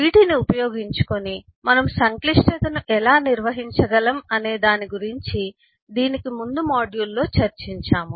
వీటిని ఉపయోగించుకొని మనము సంక్లిష్టతను ఎలా నిర్వహించగలం అనే దాని గురించి దీనికి ముందు మాడ్యూల్లో చర్చించాము